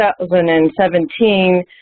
2017